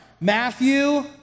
Matthew